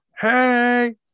Hey